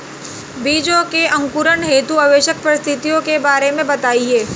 बीजों के अंकुरण हेतु आवश्यक परिस्थितियों के बारे में बताइए